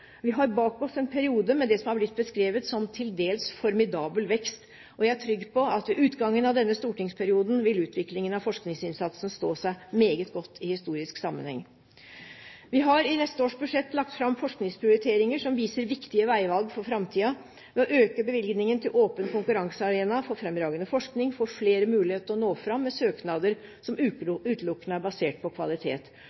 Vi har bak oss en periode med det som er blitt beskrevet som til dels formidabel vekst, og jeg er trygg på at ved utgangen av denne stortingsperioden vil utviklingen av forskningsinnsatsen stå seg meget godt i historisk sammenheng. Vi har i neste års budsjett lagt fram forskningsprioriteringer som viser viktige veivalg for framtida. Ved at vi øker bevilgningen til den åpne konkurransearenaen for fremragende forskning, FRIPRO, får flere mulighet til å nå fram med forskingssøknader som